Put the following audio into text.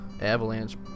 Avalanche